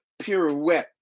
pirouette